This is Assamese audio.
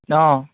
অঁ